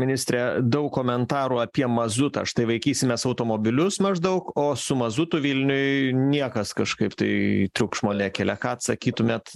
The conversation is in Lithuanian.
ministre daug komentarų apie mazutą štai vaikysimės automobilius maždaug o su mazutu vilniuj niekas kažkaip tai triukšmo nekelia ką atsakytumėt